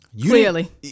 Clearly